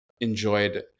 enjoyed